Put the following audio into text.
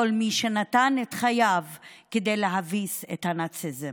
מי שנתן את חייו כדי להביס את הנאציזם,